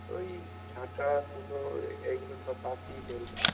ঐ ঝাঁটা কুলো এগুলো সব বাঁশ দিয়ে তৈরি করা হয়